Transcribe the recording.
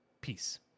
peace